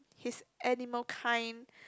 his animal kind